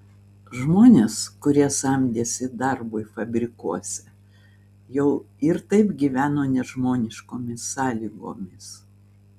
žmonės kurie samdėsi darbui fabrikuose jau ir taip gyveno nežmoniškomis sąlygomis